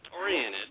oriented